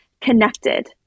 connected